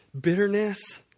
bitterness